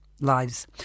Lives